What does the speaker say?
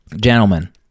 Gentlemen